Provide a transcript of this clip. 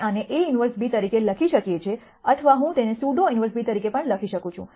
આપણે આને A 1 b તરીકે લખી શકીએ છીએ અથવા હું તેને સ્યુડો ઇન્વર્સ બી તરીકે પણ લખી શકું છું